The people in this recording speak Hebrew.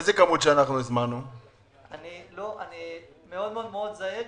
אני רוצה לדעת